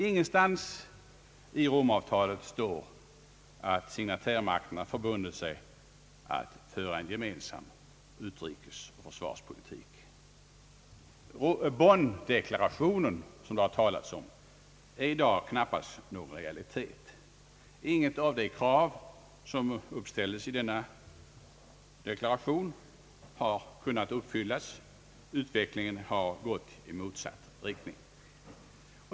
Ingenstans i Rom-avtalet står att signatärmakterna förbundit sig att föra en gemensam utrikeseller försvarspolitik. Bonn-deklarationen, som det har talats om, är i dag knappast en realitet. Intet av de krav som uppställdes i denna deklaration har kunnat uppfyllas; utvecklingen har gått i motsatt riktning.